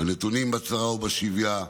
הנתונים בצרה ובשביה,